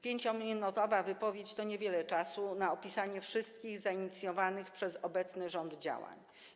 5-minutowa wypowiedź to niewiele czasu na opisanie wszystkich zainicjowanych przez obecny rząd działań.